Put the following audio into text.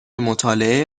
مطالعه